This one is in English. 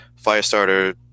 Firestarter